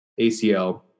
ACL